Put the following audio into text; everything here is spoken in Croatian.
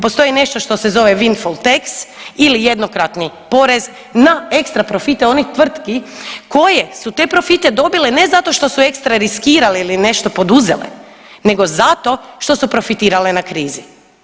Postoji nešto što se zove vinfultex ili jednokratni porez na ekstra profite onih tvrtki koje su te profite dobile ne zato što su ekstra riskirali ili nešto poduzele nego zato što su profitirale na krizi.